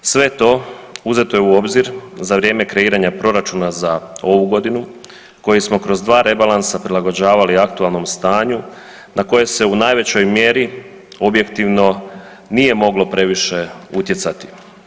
Sve to uzeto je u obzir za vrijeme kreiranja proračuna za ovu godinu koji smo kroz 2 rebalansa prilagođavali aktualnom stanju na koje se u najvećoj mjeri objektivno nije moglo previše utjecati.